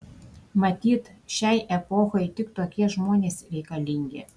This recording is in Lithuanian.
matyt šiai epochai tik tokie žmonės reikalingi